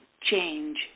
change